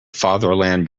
fatherland